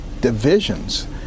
divisions